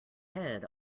head